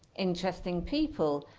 interesting people.